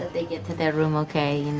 they get to their room okay,